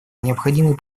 необходимой